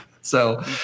So-